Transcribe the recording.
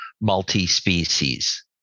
multi-species